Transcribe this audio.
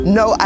no